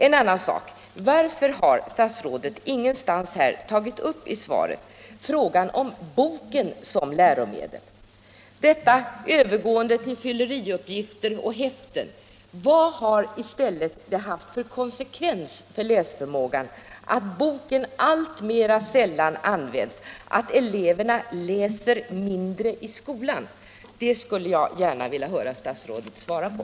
En annan sak: Varför har statsrådet ingenstans i svaret tagit upp frågan om boken som läromedel? Mer och mer går man över till ”fyller-i-uppgifter” och häften. Vad har det haft för konsekvens för läsförmågan att boken alltmer sällan används, att eleverna läser mindre i skolan? Det skulle jag gärna vilja höra fru statsrådet svara på.